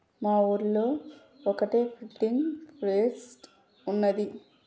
మా ఊళ్లో ఒక్కటే ప్రింటింగ్ ప్రెస్ ఉన్నది